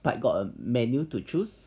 but got a menu to choose